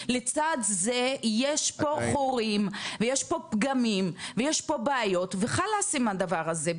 לצד זה יש פה חורים ויש פה פגמים ויש פה בעיות וחאלס עם הדבר הזה,